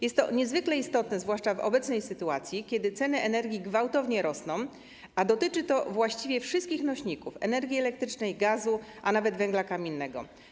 Jest to niezwykle istotne, zwłaszcza w obecnej sytuacji, kiedy ceny energii gwałtownie rosną, a dotyczy to właściwie wszystkich nośników: energii elektrycznej, gazu, a nawet węgla kamiennego.